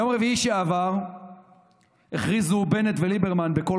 ביום רביעי שעבר הכריזו בנט וליברמן בקול